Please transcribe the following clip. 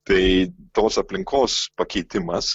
tai tos aplinkos pakeitimas